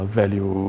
value